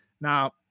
Now